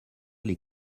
les